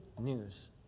news